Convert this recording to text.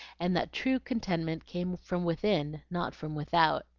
and that true contentment came from within, not from without.